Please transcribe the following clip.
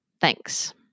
Thanks